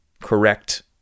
correct